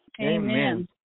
Amen